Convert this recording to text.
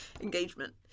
Engagement